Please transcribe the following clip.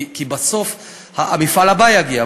כי בסוף המפעל הבא יגיע,